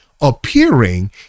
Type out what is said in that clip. appearing